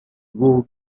would